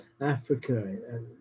Africa